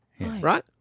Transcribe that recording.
Right